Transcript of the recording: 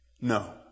No